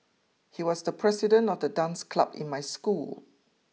he was the president of the dance club in my school